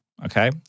okay